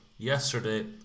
Yesterday